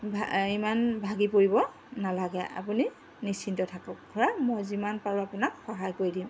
ভা ইমান ভাগি পৰিব নালাগে আপুনি নিশ্চিন্ত থাকক খুড়া মই যিমান পাৰোঁ আপোনাক সহায় কৰি দিম